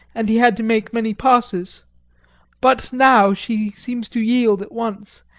and he had to make many passes but now, she seems to yield at once,